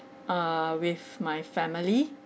err with my family